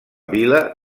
vila